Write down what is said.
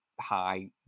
high